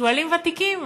שועלים ותיקים.